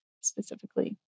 specifically